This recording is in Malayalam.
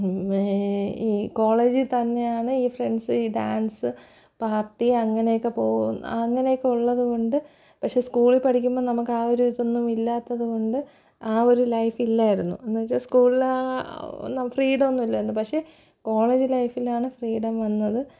ഈ കോളേജില് തന്നെയാണ് ഈ ഫ്രണ്ട്സ് ഈ ഡാൻസ് പാർട്ടി അങ്ങനെയൊക്കെ പോവുകയും അങ്ങനെയൊക്കെ ഉള്ളതുകൊണ്ട് പക്ഷെ സ്കൂളിൽ പഠിക്കുമ്പോള് നമുക്ക് ആ ഒരു ഇതൊന്നും ഇല്ലാത്തതുകൊണ്ട് ആ ഒരു ലൈഫില്ലായിരുന്നു എന്നുവെച്ചാല് സ്കൂളില് ആ ഒന്നും ഫ്രീഡമൊന്നും ഇല്ലായിരുന്നു പക്ഷെ കോളേജ് ലൈഫിലാണ് ഫ്രീഡം വന്നത്